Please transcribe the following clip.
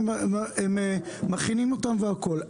והם מכינים אותם והכול.